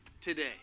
today